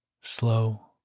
slow